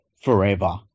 forever